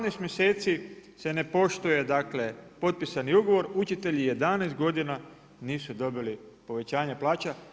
18 mjeseci se ne poštuje potpisani ugovor, učitelji 11 godina nisu dobili povećanja plaća.